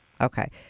okay